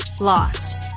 lost